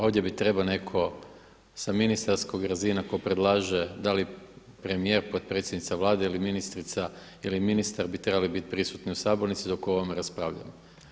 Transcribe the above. Ovdje bi trebao netko sa ministarskih razina tko predlaže da li premijer, potpredsjednica Vlade ili ministrica ili ministar bi trebali biti prisutni u sabornici dok o ovome raspravljamo.